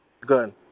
Good